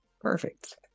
Perfect